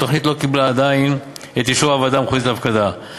התוכנית לא קיבלה עדיין את אישור הוועדה המחוזית להפקדה,